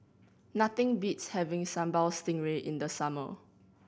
nothing beats having Sambal Stingray in the summer